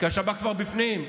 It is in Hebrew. כי השב"כ כבר בפנים.